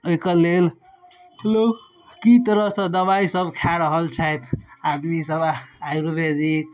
अइके लेल लोग की तरहसँ दबाइ सब खा रहल छथि आदमी सब आयुर्वेदिक